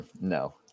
No